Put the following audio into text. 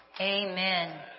Amen